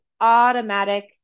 automatic